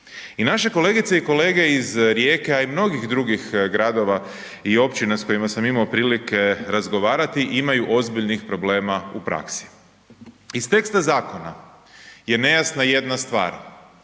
I naše kolegice i kolege iz Rijeke a i mnogih drugih gradova i općina s kojima sam imao prilike razgovarati imaju ozbiljnih problema u praksi. Iz teksta zakona je nejasna jedna stvar,